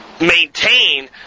maintain